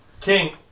King